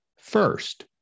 first